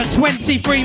23